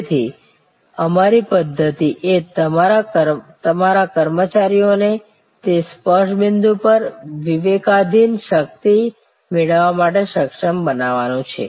તેથી તમારી પદ્ધતિ એ તમારા કર્મચારીઓને તે સ્પર્શ બિંદુ પર વિવેકાધીન શક્તિ મેળવવા માટે સક્ષમ બનાવવાનું છે